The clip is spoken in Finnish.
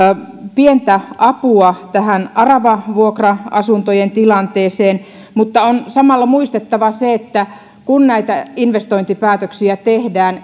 pientä apua aravavuokra asuntojen tilanteeseen mutta on samalla muistettava se että kun näitä investointipäätöksiä tehdään